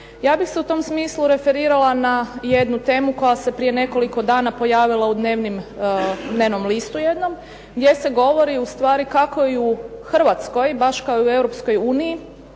Ja bih se u tom smislu referirala na jednu temu koja se prije nekoliko dana pojavila u dnevnom listu jednom, gdje se govori ustvari kao i u Hrvatskoj, baš kao i u Europskoj uniji